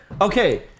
okay